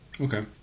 Okay